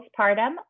postpartum